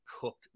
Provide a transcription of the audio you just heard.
cooked